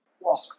walk